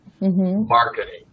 marketing